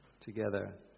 together